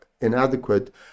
inadequate